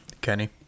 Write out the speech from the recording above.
Kenny